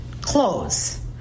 close